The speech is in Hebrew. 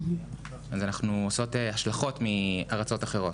אנחנו עושות השלכות מארצות אחרות.